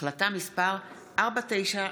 החלטה מס' 4945,